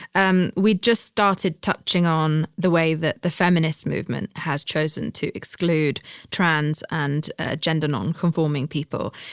and we just started touching on the way that the feminist movement has chosen to exclude trans and ah gender nonconforming people.